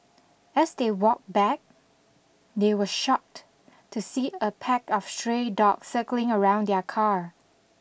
as they walked back they were shocked to see a pack of stray dogs circling around their car